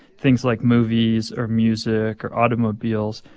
things like movies or music or automobiles,